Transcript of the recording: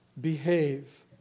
behave